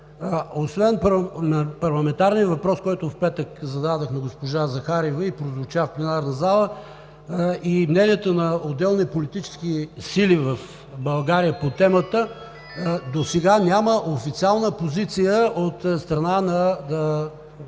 Освен парламентарния въпрос, който в петък зададох на госпожа Захариева и прозвуча в пленарната зала, и мнението на отделни политически сили в България по темата, досега няма официална позиция от страна на държавна